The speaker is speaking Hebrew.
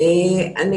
הערבי,